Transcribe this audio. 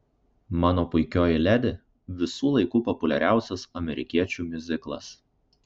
mano puikioji ledi visų laikų populiariausias amerikiečių miuziklas